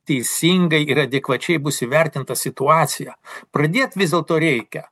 teisingai ir adekvačiai bus įvertinta situacija pradėt vis dėlto reikia